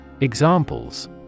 Examples